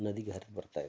ನದಿಗೆ ಹರಿದು ಬರ್ತಾ ಇದೆ